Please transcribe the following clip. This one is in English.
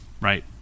right